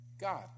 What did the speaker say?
God